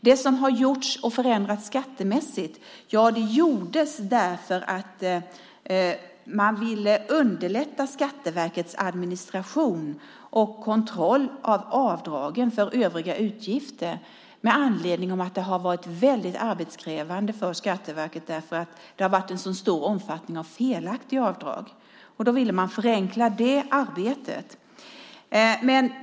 De skattemässiga förändringarna har gjorts för att man ville underlätta Skatteverkets administration och kontroll av avdragen för övriga utgifter med anledning av att det har varit väldigt arbetskrävande för Skatteverket. Det har varit en så stor omfattning av felaktiga avdrag att man ville förenkla det arbetet.